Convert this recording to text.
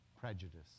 prejudice